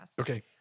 Okay